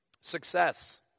Success